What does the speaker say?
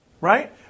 right